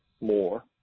more